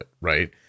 right